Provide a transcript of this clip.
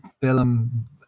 film